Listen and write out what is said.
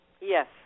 Yes